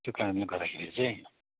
त्यो कारणले गर्दाखेरि चाहिँ